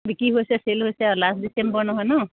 বিক্ৰী হৈছে চেল হৈছে আৰু লাষ্ট ডিচেম্বৰ নহয় ন